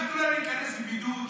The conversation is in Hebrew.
שייתנו להם להיכנס עם בידוד,